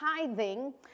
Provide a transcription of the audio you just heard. tithing